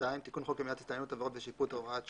תיקון חוק למניעת הסתננות (עבירות ושיפוט) (הוראת שעה)